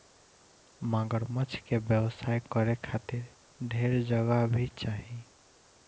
मगरमच्छ के व्यवसाय करे खातिर ढेर जगह भी चाही